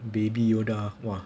baby yoda !wah!